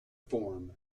form